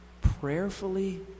prayerfully